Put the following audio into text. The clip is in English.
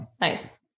Nice